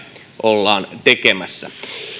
ollaan tekemässä